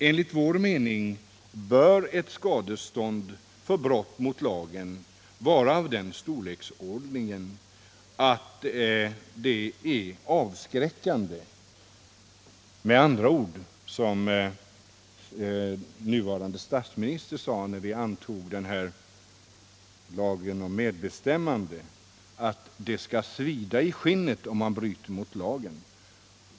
Enligt vår mening bör ett skadestånd för brott mot lagen vara av den storleksordningen att det är avskräckande, med andra ord, som vår nuvarande statsminister sade när vi antog lagen om medbestämmande, att ”det skall svida i skinnet om man bryter mot lagen”.